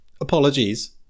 apologies